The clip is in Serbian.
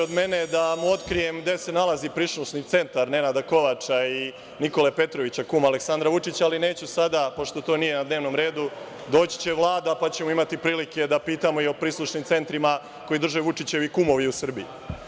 Kolega Martinović je tražio od mene da mu otkrijem gde se nalazi prislušni centar Nenada Kovača i Nikole Petrovića, kuma Aleksandra Vučića, ali neću sada pošto to nije na dnevnom redu, doći će Vlada pa ćemo imati i pitamo i o prislušnim centrima koji drže Vučićevi kumovi u Srbiji.